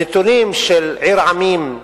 הנתונים של "עיר עמים"